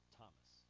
Thomas